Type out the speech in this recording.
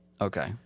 Okay